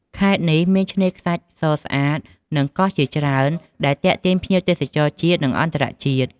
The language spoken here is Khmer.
ខេត្តនេះមានឆ្នេរខ្សាច់សស្អាត និងកោះជាច្រើនដែលទាក់ទាញភ្ញៀវទេសចរជាតិ និងអន្តរជាតិ។